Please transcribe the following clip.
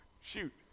Shoot